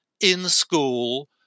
in-school